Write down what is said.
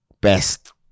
best